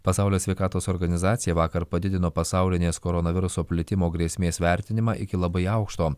pasaulio sveikatos organizacija vakar padidino pasaulinės koronaviruso plitimo grėsmės vertinimą iki labai aukšto